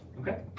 Okay